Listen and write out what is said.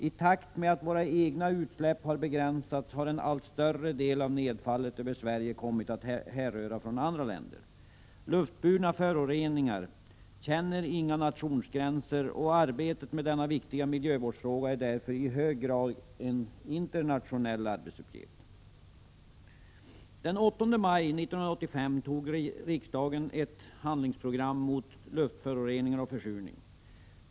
I takt med att våra egna utsläpp har begränsats har en allt större del av nedfallet över Sverige kommit att härröra från andra länder. Luftburna föroreningar känner inga nationsgränser, och arbetet med denna viktiga miljövårdsfråga är därför i hög grad en internationell arbetsuppgift. Den 8 maj 1985 antog riksdagen ett handlingsprogram mot luftföroreningar och försurning.